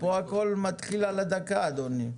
פה הכל מתחיל על הדקה אדוני,